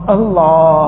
Allah